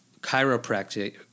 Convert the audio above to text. chiropractic